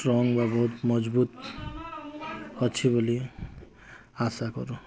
strong ବା ବହୁତ ମଜବୁତ୍ ଅଛି ବୋଲି ଆଶା କରୁ